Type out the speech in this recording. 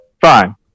Fine